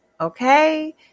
okay